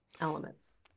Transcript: elements